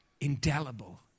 indelible